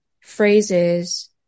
phrases